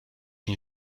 une